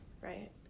right